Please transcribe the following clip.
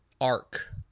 arc